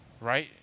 Right